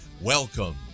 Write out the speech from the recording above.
welcome